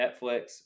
Netflix